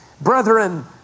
Brethren